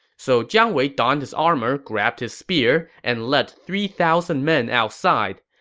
so jiang wei donned his armor, grabbed his spear, and led three thousand men outside.